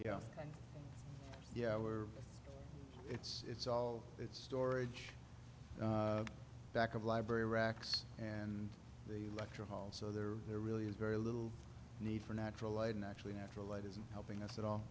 yeah where it's it's all it's storage back of library racks and the lecture hall so there really is very little need for natural light and actually natural light isn't helping us at all